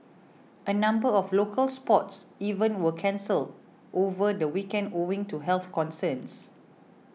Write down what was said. a number of local sports events were cancelled over the weekend owing to health concerns